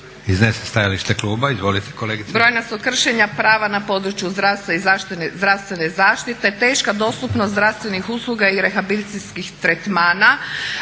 Brojna su kršenja prava na području zdravstva i zdravstvene zaštite, teška dostupnost zdravstvenih usluga i rehabilitacijskih tretmana